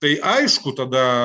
tai aišku tada